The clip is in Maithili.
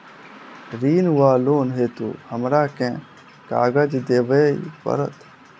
ऋण वा लोन हेतु हमरा केँ कागज देबै पड़त?